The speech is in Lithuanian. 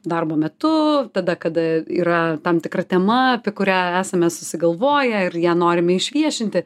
darbo metu tada kada yra tam tikra tema apie kurią esame susigalvoję ir ją norime išviešinti